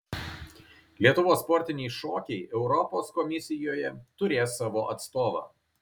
lietuvos sportiniai šokiai europos komisijoje turės savo atstovą